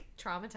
traumatized